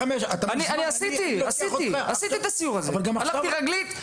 אני עשיתי את המסלול הזה והלכתי רגלית,